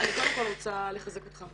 אני רוצה לחזק אותך,